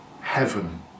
heaven